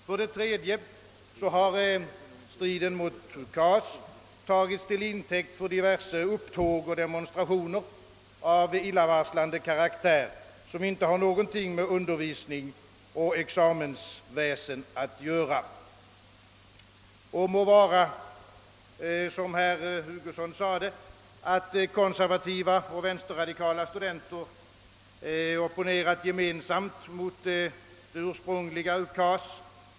För det tredje har striden om UKAS tagits till intäkt för diverse upptåg och demonstrationer av illavarslande ka raktär, som inte har någonting med undervisning och examensväsende att göra. Det må vara riktigt, som herr Hugosson sade, att konservativa och vänsterradikala studenter gemensamt opponerat sig mot den ursprungliga UKAS.